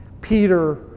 Peter